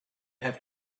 have